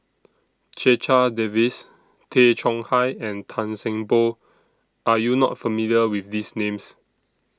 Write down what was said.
Checha Davies Tay Chong Hai and Tan Seng Poh Are YOU not familiar with These Names